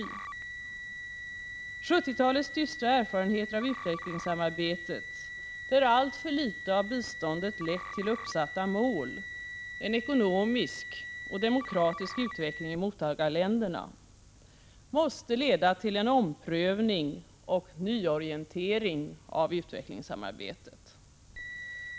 1970-talets dystra erfarenheter av utvecklingssamarbetet, där alltför litet av biståndet lett till uppsatta mål, en ekonomisk och demokratisk utveckling i mottagarländerna, måste leda till en omprövning och nyorientering av utvecklingssamarbetet.